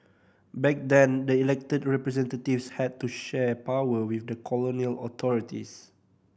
back then the elected representatives had to share power with the colonial authorities